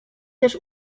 też